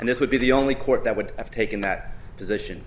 and this would be the only court that would have taken that position